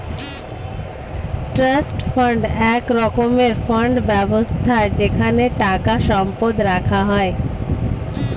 trust fund এক রকমের fund ব্যবস্থা যেখানে টাকা সম্পদ রাখা হয়